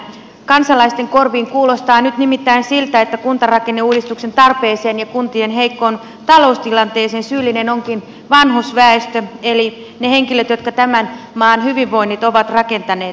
kansalaisten korviin kuulostaa nyt nimittäin siltä että kuntarakenneuudistuksen tarpeeseen ja kuntien heikkoon taloustilanteeseen syyllinen onkin vanhusväestö eli ne henkilöt jotka tämän maan hyvinvoinnin ovat rakentaneet